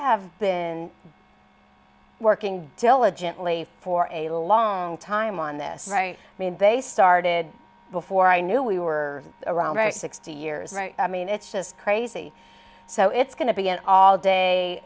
have been working diligently for a long time on this right they started before i knew we were around sixty years i mean it's just crazy so it's going to be an all day